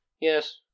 Yes